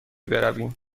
برویم